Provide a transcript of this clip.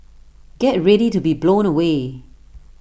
get ready to be blown away